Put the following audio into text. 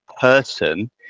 person